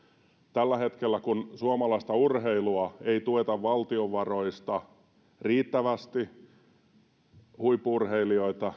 tällä hetkellä kun suomalaista urheilua ei tueta valtion varoista riittävästi on huippu urheilijoita